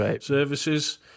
services